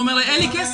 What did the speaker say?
והוא אומר: אין לי כסף.